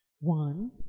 One